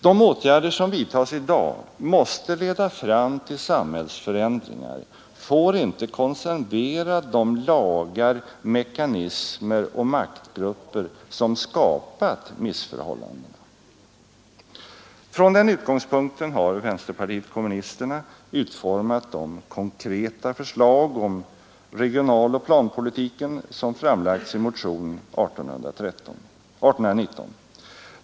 De åtgärder som vidtas i dag måste leda fram till samhällsförändringar — får inte konservera de lagar, mekanismer och maktgrupper som skapat missförhållandena. Från den utgångspunkten har vänsterpartiet kommunisterna utformat de konkreta förslag om regionaloch planpolitiken, som framlagts i motion nr 1819.